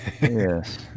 Yes